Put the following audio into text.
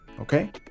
Okay